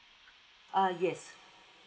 uh yes